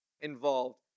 involved